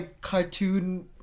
cartoon